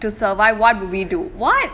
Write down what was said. to survive what would we do what